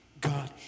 God